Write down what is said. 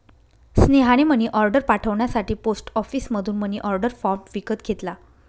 स्नेहाने मनीऑर्डर पाठवण्यासाठी पोस्ट ऑफिसमधून मनीऑर्डर फॉर्म विकत घेतला